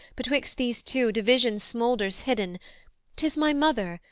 betwixt these two division smoulders hidden tis my mother,